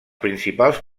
principals